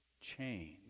change